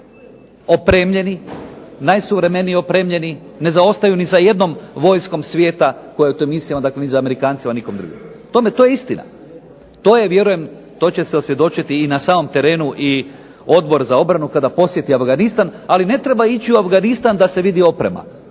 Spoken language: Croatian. opremljeni, najsuvremenije opremljeni, ne zaostaju ni za jednom vojskom svijeta koje su u toj misiji, dakle ni za Amerikancima i nikim drugim. To je istina. To je vjerujem to će se osvjedočiti i na samom terenu i Odbor za obranu kada posjeti Afganistan. Ali ne treba ići u Afganistan da se vidi oprema,